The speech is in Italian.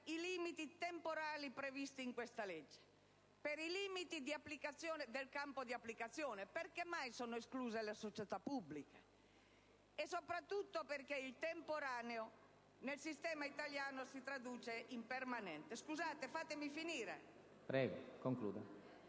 i limiti temporali previsti in questo disegno di legge, per i limiti del campo di applicazione. Perché mai sono escluse le società pubbliche? E, soprattutto, perché il temporaneo, nel sistema italiano, si traduce in permanente. Continuo a pensare in modo